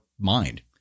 mind